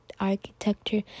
architecture